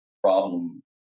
problem